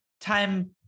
time